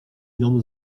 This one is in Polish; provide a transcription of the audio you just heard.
nią